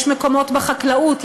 יש מקומות בחקלאות,